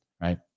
Right